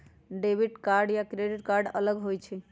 Debit card या credit card अलग होईछ ई?